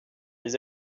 les